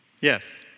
yes